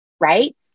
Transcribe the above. right